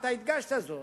אתה הדגשת זאת,